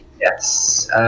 Yes